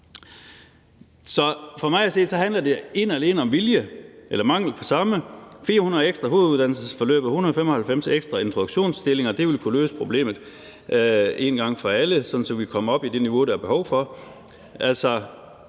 Så for mig at se handler det ene og alene om vilje eller mangel på samme. 400 ekstra hoveduddannelsesforløb og 195 ekstra introduktionsstillinger ville kunne løse problemet en gang for alle, sådan at vi kunne komme op på det niveau, der er behov for,